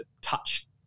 touch